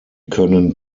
können